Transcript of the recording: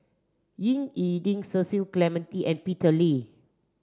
Ying E Ding Cecil Clementi and Peter Lee